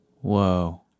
Whoa